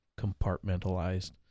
compartmentalized